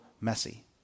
messy